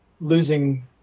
losing